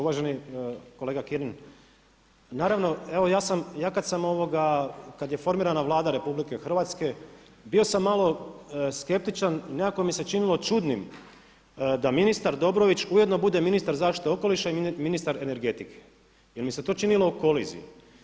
Uvaženi kolega Kirin, naravno evo ja sam, ja kad sam, kad je formirana Vlada RH bio sam malo skeptičan, nekako mi se činilo čudnim da ministar Dobrović ujedno bude ministar zaštite okoliša i ministar energetike jer mi se to činilo u koliziji.